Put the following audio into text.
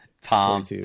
tom